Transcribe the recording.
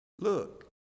look